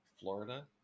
Florida